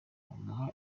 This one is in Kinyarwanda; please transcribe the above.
bamuha